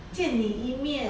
见你一面